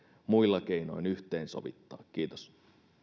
muilla keinoin yhteensovittaa kiitos